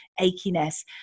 achiness